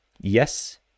yes